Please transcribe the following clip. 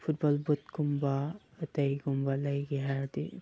football ꯕꯨꯠꯀꯨꯝꯕ ꯑꯇꯩꯒꯨꯝꯕ ꯂꯩꯒꯦ ꯍꯥꯏꯔꯗꯤ